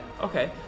Okay